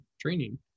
training